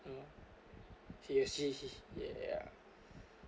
you know seriously yeah